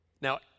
Now